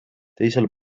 teisel